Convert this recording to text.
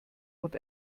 und